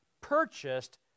purchased